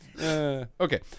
Okay